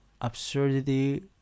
absurdity